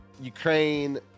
Ukraine